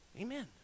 Amen